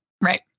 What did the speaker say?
Right